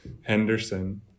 Henderson